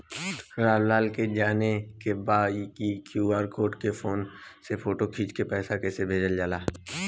राम लाल के जाने के बा की क्यू.आर कोड के फोन में फोटो खींच के पैसा कैसे भेजे जाला?